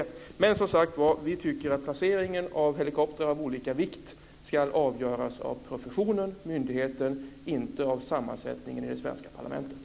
Vi tycker som sagt var att placeringen av helikoptrar av olika vikt ska avgöras av professionen - myndigheten - och inte av sammansättningen i det svenska parlamentet.